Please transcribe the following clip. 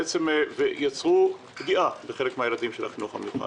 בעצם יצרו פגיעה בחלק מן הילדים של החינוך המיוחד.